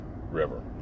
river